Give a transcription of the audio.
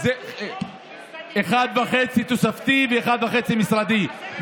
1.5 תוספתי ו-1.5 משרדי.